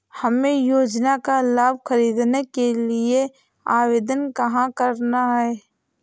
हमें योजना का लाभ ख़रीदने के लिए आवेदन कहाँ करना है?